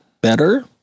better